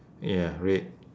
ya red